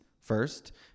first